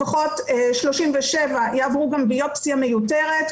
לפחות 37 יעברו גם ביופסיה מיותרת,